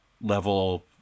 level